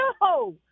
No